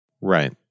Right